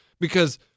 because-